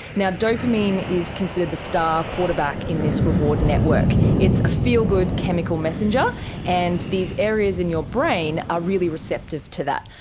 yeah dopamine is considered the star quarterback in this reward network. it's a feel-good chemical messenger and these areas in your brain are really receptive to that.